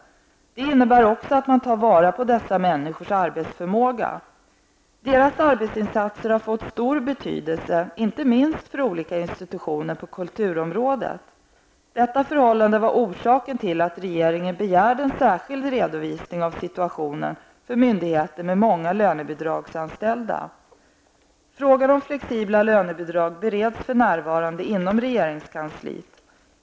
Det innebär också att man tar vara på dessa människors arbetsförmåga. Deras arbetsinsatser har fått stor betydelse, inte minst för olika institutioner på kulturområdet. Detta förhållande var orsaken till att regeringen begärde en särskild redovisning av situationen för myndigheter med många lönebidragsanställda. Frågan om flexibla lönebidrag bereds för närvarande inom regeringskansliet.